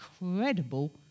incredible